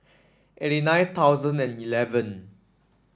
eighty nine thousand and eleven